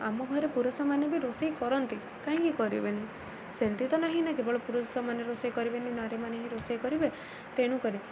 ଆମ ଘରେ ପୁରୁଷମାନେ ବି ରୋଷେଇ କରନ୍ତି କାହିଁକି କରିବେନି ସେମିତି ତ ନାହିଁ ନା କେବଳ ପୁରୁଷମାନେ ରୋଷେଇ କରିବେନି ନାରୀମାନେ ହିଁ ରୋଷେଇ କରିବେ ତେଣୁକରି